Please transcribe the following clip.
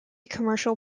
commercial